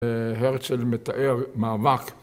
הרצל מתאר מאבק